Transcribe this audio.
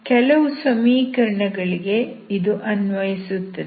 ಹಾಗಾಗಿ ಕೆಲವು ಸಮೀಕರಣಗಳಿಗೆ ಇದು ಅನ್ವಯಿಸುತ್ತದೆ